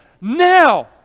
now